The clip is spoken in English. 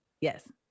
Yes